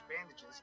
bandages